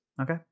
okay